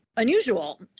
unusual